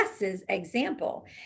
example